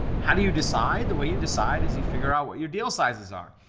how do you decide? the way you decide as you figure out what your deal sizes are.